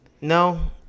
no